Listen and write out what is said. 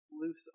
loose